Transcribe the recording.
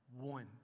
One